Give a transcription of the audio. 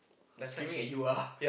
screaming at you ah